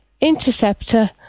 Interceptor